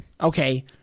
Okay